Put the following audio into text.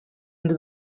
into